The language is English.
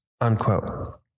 unquote